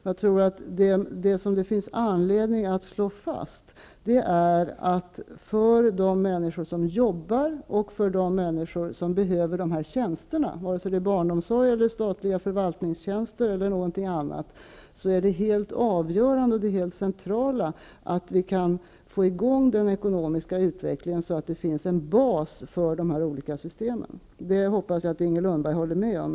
Jag tror att vad det finns anledning att slå fast är att för de människor som jobbar på området och för de människor som behöver få dessa tjänster utförda -- vare sig det är barnomsorgen eller statliga förvaltningstjänster eller någonting annat -- är det helt avgörande och det helt centrala att vi kan få i gång den ekonomiska utvecklingen, så att det finns en bas för de olika systemen. Det hoppas jag att Inger Lundberg håller med om.